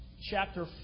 chapter